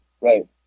right